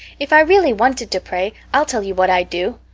if i really wanted to pray i'll tell you what i'd do.